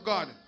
God